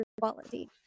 quality